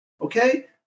okay